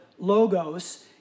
logos